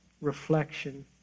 reflection